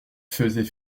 faisait